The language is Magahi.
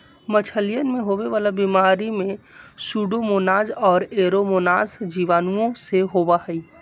मछलियन में होवे वाला बीमारी में सूडोमोनाज और एयरोमोनास जीवाणुओं से होबा हई